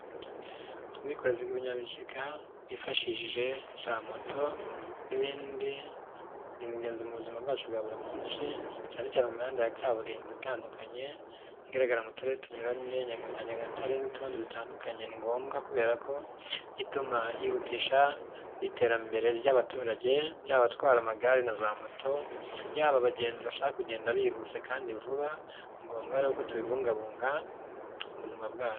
Ubwikorezi bw'ibinyabiziga bwifashishije za moto n'ibindi, ni ingenzi mu buzima bwacu bwa buri munsi, cyane cyane mu mihanda ya kaburimbo itandukanye, igaragara mu turere tunyuranye nka Nyagatare n'utundi dutandukanye ni ngombwa kubera ko, ituma yihutisha iterambere ry'abaturage yaba abatwara amagare na za moto, yaba abagenzi bashaka kugenda bihuse kandi vuba, ni ngombwa rero ko tubibungabunga mu buzima bwacu.